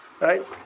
Right